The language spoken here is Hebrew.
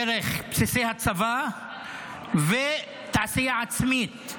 דרך בסיסי הצבא ודרך תעשייה עצמית.